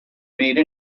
made